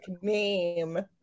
name